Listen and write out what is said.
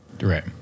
Right